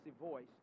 voice